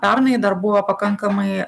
pernai dar buvo pakankamai